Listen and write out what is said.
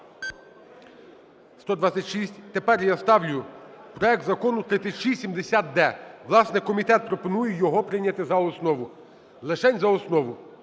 За-126 Тепер я ставлю проект Закону 3670-д. Власне, комітет пропонує його прийняти за основу, лишень за основу.